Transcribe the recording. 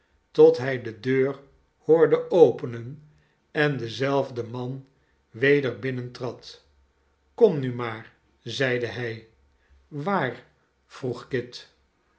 tot hij de deur hoorde openen en dezelfde man weder binnentrad kom nu maar zeide hij waar vroeg kit